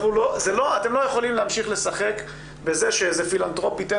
אתם לא יכולים להמשיך לשחק בזה שאיזה פילנתרופ ייתן